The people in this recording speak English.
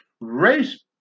Race